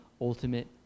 ultimate